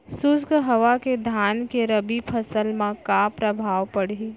शुष्क हवा के धान के रबि फसल मा का प्रभाव पड़ही?